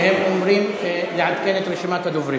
הם אומרים, לעדכן את רשימת הדוברים.